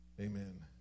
Amen